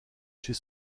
chez